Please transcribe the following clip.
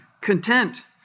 content